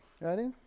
ready